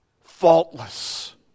faultless